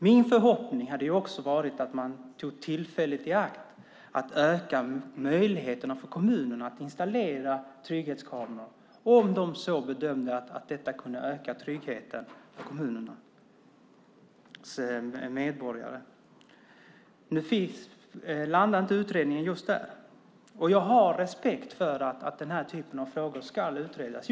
Min förhoppning var att man skulle ta tillfället i akt att öka möjligheterna för kommunerna att installera trygghetskameror om de bedömer att det skulle öka tryggheten för kommuninvånarna. Tyvärr landade inte utredningen där. Jag har respekt för att denna typ av frågor måste utredas.